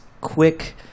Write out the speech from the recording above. quick